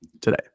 today